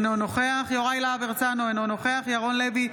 אינו נוכח יוראי להב הרצנו, אינו נוכח ירון לוי,